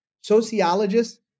Sociologists